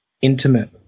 intimate